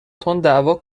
تنددعوا